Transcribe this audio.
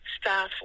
staff